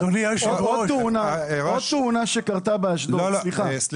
עוד תאונה שקרתה באשדוד --- לא, לא, סליחה.